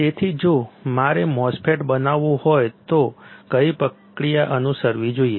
તેથી જો મારે MOSFET બનાવવું હોય તો કઈ પ્રક્રિયા અનુસરવી જોઈએ